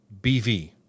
BV